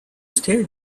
state